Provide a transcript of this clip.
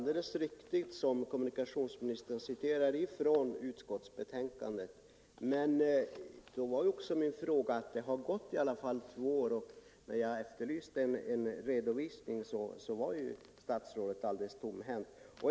Herr talman! Kommunikationsministern citerar alldeles rätt ur utskottsbetänkandet. Men det har ändå gått två år. och när jag efterlyste en redovisning var statsrådet alldeles tomhänt.